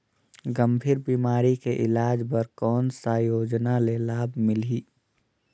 गंभीर बीमारी के इलाज बर कौन सा योजना ले लाभ मिलही?